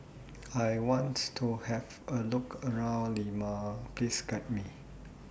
I want to Have A Look around Lima Please Guide Me